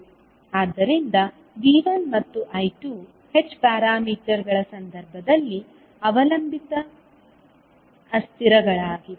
ಆದ್ದರಿಂದ V1 ಮತ್ತು I2 h ಪ್ಯಾರಾಮೀಟರ್ಗಳ ಸಂದರ್ಭದಲ್ಲಿ ಅವಲಂಬಿತ ಅಸ್ಥಿರಗಳಾಗಿವೆ